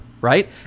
right